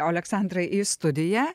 oleksandrai į studiją